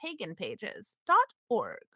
PaganPages.org